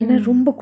mm